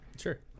Sure